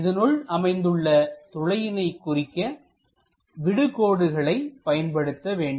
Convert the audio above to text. இதனுள் அமைந்துள்ள துளையினை குறிக்க விடுகோடுகளை பயன்படுத்த வேண்டும்